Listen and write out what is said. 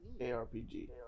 ARPG